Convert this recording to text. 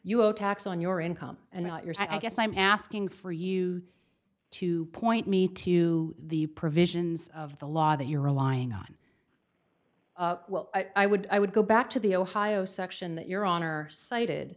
you owe tax on your income and not yours i guess i'm asking for you to point me to the provisions of the law that you're relying on i would i would go back to the ohio section that your honor cited